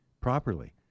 properly